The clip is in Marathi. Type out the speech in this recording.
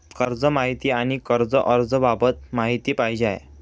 कर्ज माहिती आणि कर्ज अर्ज बाबत माहिती पाहिजे आहे